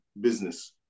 business